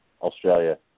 Australia